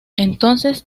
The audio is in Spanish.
entonces